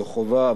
לא חובה,